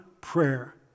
prayer